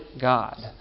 God